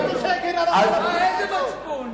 איזה מצפון?